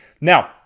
now